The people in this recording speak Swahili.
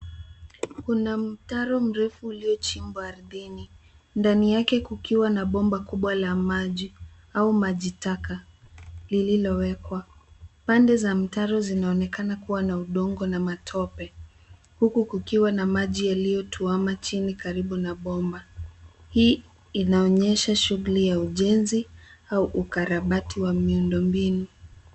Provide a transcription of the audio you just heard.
Kuna mtaro mrefu uliochimbwa ardhini, Ndani yake kukiwa na bomba kubwa la maji au maji taka lililowekwa. Pande za mtaro zinaonekana kuwa na udongo na matope, huku kukiwa na maji yaliyotuama chini karibu na bomba. Hii inaonyesha shughuli ya ujenzi au ukarabati wa miundo mbinu.